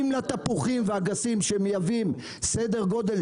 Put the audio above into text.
אם לתפוחים ולאגסים שמייבאים סדר גודל